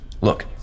look